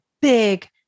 big